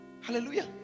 Hallelujah